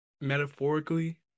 metaphorically